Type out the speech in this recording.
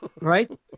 Right